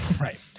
right